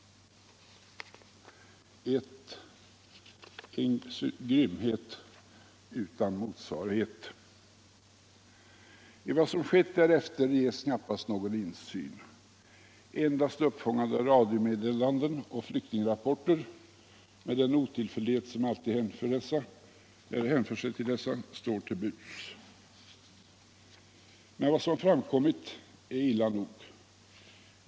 Det är en grymhet utan motsvarighet. I vad som skett därefter ges knappast någon insyn. Endast uppfångade radiomeddelanden och flyktingrapporter, med den otillförtlitlighet som alltid kännetecknar dessa, står till buds. Men vad som framkommit är illa nog.